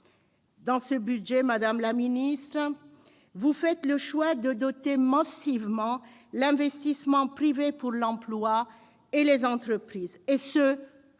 Dans ce budget, madame la ministre, vous faites le choix de doter massivement l'investissement privé pour l'emploi et les entreprises, au